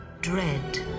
dread